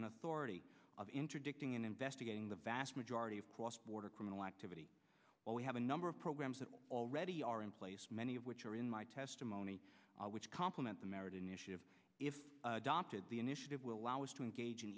and authority of interdicting in investigating the vast majority of cross border criminal activity while we have a number of programs that already are in place many of which are in my testimony which compliment the merit initiative if the initiative will allow us to engage in